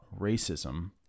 racism